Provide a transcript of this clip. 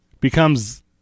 becomes